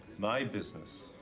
my business